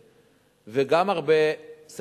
ויש הרבה פופוליזם בעניין הזה,